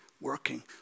working